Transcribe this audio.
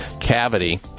cavity